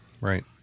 Right